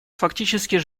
фактически